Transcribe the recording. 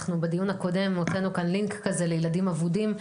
בדיון הקודם אנחנו הוצאנו לינק כזה לילדים אבודים.